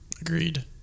Agreed